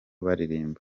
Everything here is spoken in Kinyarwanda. baririmba